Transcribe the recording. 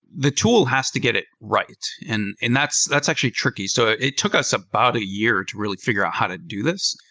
the tool has to get it right, and and that's that's actually tricky. so it took us about a year to really fi gure out how to do this,